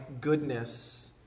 goodness